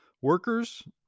workers